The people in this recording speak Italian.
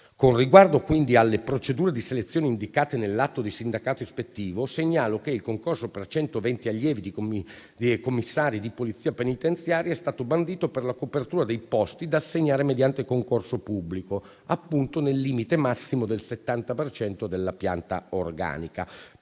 Con riguardo quindi alle procedure di selezione indicate nell'atto di sindacato ispettivo, segnalo che il concorso per 120 allievi di commissari di Polizia penitenziaria è stato bandito per la copertura dei posti da assegnare mediante concorso pubblico nel limite massimo del 70 per cento della pianta organica,